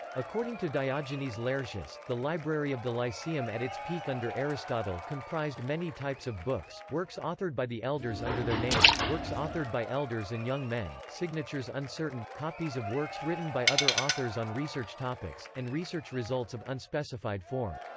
according to diogenes laertius, the library of the lyceum at its peak under aristotle comprised many types of books works authored by the elders under their names, works authored by elders and young men, signatures uncertain, copies of works written by other authors on research topics, and research results of unspecified form.